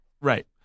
Right